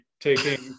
taking